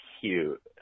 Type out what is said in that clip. cute